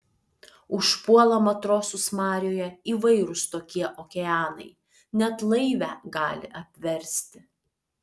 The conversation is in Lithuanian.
užpuola matrosus marioje įvairūs tokie okeanai net laivę gali apversti